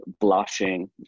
blushing